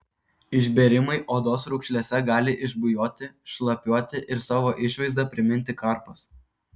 išbėrimai odos raukšlėse gali išbujoti šlapiuoti ir savo išvaizda priminti karpas